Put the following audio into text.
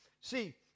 See